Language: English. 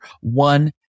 one